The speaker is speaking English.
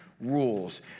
Rules